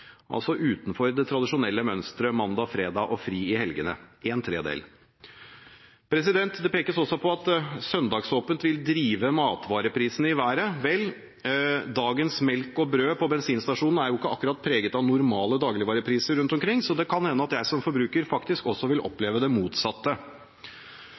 altså utenfor det tradisjonelle mønsteret mandag–fredag og fri i helgene – en tredel! Det pekes også på at søndagsåpent vil drive matvareprisene i været. Vel, dagens melk og brød på bensinstasjonen er jo ikke akkurat preget av normale dagligvarepriser rundt omkring, så det kan hende at jeg som forbruker faktisk også vil